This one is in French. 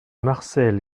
marcel